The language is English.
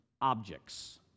objects